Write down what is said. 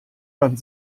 man